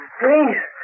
please